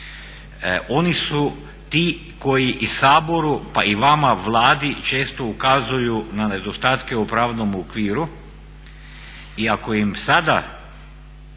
oni su ti koji i Saboru, pa i vama Vladi često ukazuju na nedostatke u pravnom okviru i ako im sada